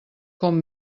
com